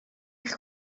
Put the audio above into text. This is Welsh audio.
eich